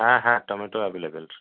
হ্যাঁ হ্যাঁ টমেটোও অ্যাবেলেবেল